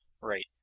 Right